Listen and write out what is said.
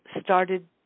started